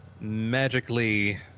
Magically